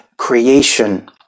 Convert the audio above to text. creation